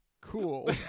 Cool